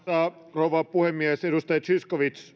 rouva puhemies edustaja zyskowicz